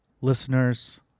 listeners